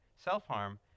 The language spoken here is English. self-harm